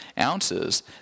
ounces